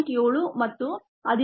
7 ಮತ್ತು 15